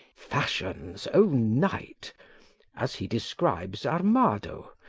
fashion's own knight as he describes armado,